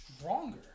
stronger